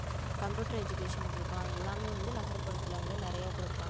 computer education கொடுக்கலாம் எல்லாமே வந்து நகர்ப்புறத்தில் வந்து நிறையா கொடுப்பாங்க